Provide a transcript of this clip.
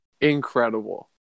incredible